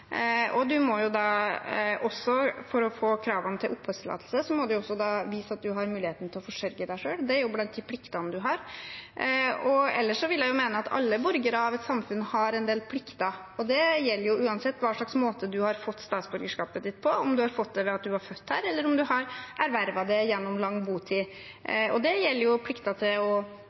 og for å oppfylle kravene til oppholdstillatelse må man også vise at man har muligheten til å forsørge seg selv. Det er blant pliktene man har. Ellers vil jeg mene at alle borgere av et samfunn har en del plikter. Det gjelder uansett hvilken måte man har fått statsborgerskapet sitt på – om man har fått det ved at man er født her, eller om man har ervervet det gjennom lang botid. Det gjelder plikt til å